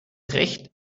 recht